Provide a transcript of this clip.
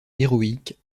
héroïque